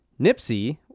Nipsey